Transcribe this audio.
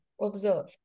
observe